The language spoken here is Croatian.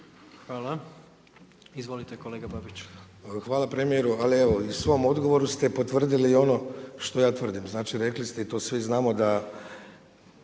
Hvala. Izvolite kolega Babiću. **Babić, Vedran (SDP)** Hvala premijeru. Ali evo i u svom odgovoru ste potvrdili ono što ja tvrdim. Znači rekli ste i to svi znamo da